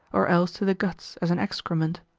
or else to the guts as an excrement.